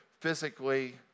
physically